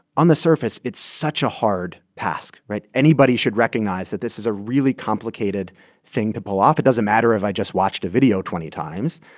on the surface, it's such a hard task, right? anybody should recognize that this is a really complicated thing to pull off. it doesn't matter if i just watched a video twenty times.